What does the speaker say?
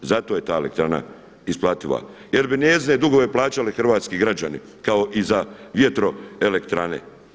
Zato je ta elektrana isplativa jer bi njezine dugove plaćali hrvatski građani kao i za vjertroelektrane.